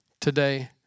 today